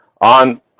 on